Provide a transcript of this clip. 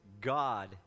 God